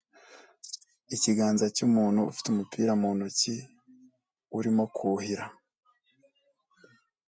Ikiganza cy'umuntu ufite umupira mu ntoki, urimo kuhira.